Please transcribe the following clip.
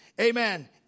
Amen